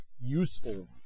useful